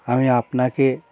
আমি আপনাকে